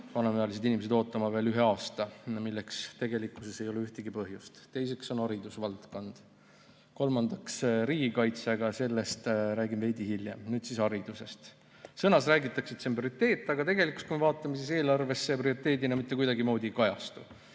vanemaealised inimesed ootama veel ühe aasta, milleks ei ole ühtegi põhjust. Teiseks on haridusvaldkond, kolmandaks riigikaitse, aga sellest räägin veidi hiljem. Nüüd siis haridusest. Sõnades räägitakse, et see on prioriteet, aga tegelikult, kui me vaatame, siis eelarves prioriteedina see mitte kuidagimoodi ei kajastu.